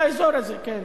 באזור הזה, כן,